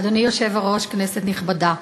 אדוני היושב-ראש, כנסת נכבדה,